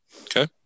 Okay